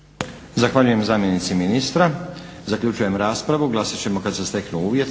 Zahvaljujem zamjenici ministra. Zaključujem raspravu.